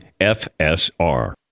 FSR